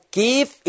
give